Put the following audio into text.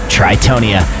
Tritonia